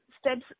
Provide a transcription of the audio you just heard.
steps